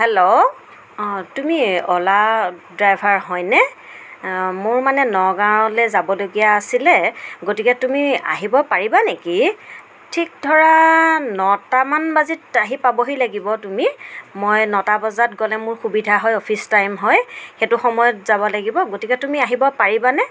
hello অঁ তুমি অ'লা ড্ৰাইভাৰ হয়নে অঁ মোৰ মানে নগাঁৱলৈ যাবলগীয়া আছিলে গতিকে তুমি আহিব পাৰিবা নেকি ঠিক ধৰা নটামান বজাত আহি পাবহি লাগিব তুমি মই নটা বজাত গ'লে মোৰ সুবিধা হয় অফিচ টাইম হয় সেইটো সময়ত যাব লাগিব গতিকে তুমি আহিব পাৰিবানে